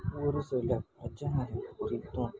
ஒரு சில பிரச்சினை குறித்தும்